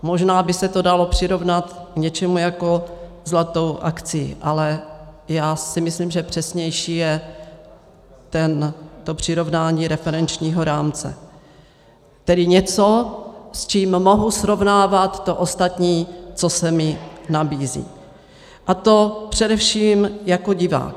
Možná by se to dalo přirovnat k něčemu jako zlaté akcii, ale já si myslím, že přesnější je to přirovnání referenčního rámce, tedy něco, s čím mohu srovnávat to ostatní, co se mi nabízí, a to především jako divák.